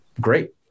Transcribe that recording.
Great